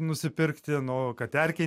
nusipirkti nu kad erkė